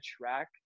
track